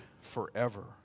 forever